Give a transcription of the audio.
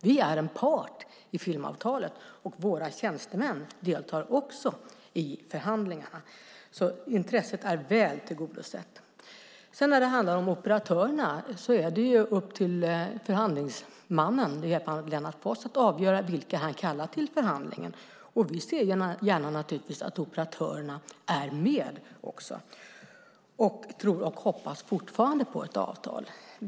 Vi är en part i filmavtalet, och våra tjänstemän deltar också i förhandlingarna. Intresset är väl tillgodosett. När det handlar om operatörerna är det upp till förhandlingsmannen Lennart Foss att avgöra vilka han kallar till förhandlingen. Vi ser naturligtvis gärna att operatörerna är med. Vi tror och hoppas fortfarande på ett avtal.